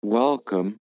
Welcome